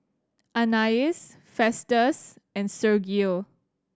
Anais Festus and Sergio